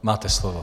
Máte slovo.